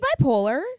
bipolar